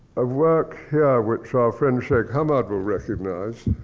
a work here, which our friend shay hannard will recognize,